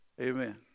Amen